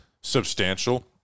substantial